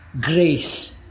grace